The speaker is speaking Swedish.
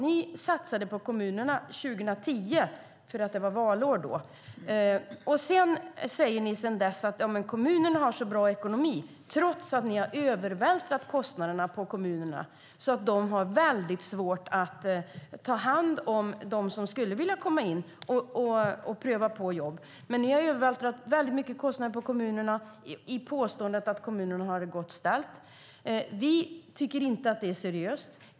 Ni satsade på kommunerna 2010, för det var valår då. Sedan dess säger ni att kommunerna har bra ekonomi, trots att ni har övervältrat kostnaderna på kommunerna så att de har väldigt svårt att ta hand om dem som skulle vilja komma in och prova på jobb. Ni har övervältrat väldigt mycket kostnader på kommunerna och påstår att kommunerna har det gott ställt. Vi tycker inte att det är seriöst.